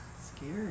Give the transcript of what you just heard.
Scary